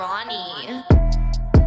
Ronnie